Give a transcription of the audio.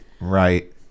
Right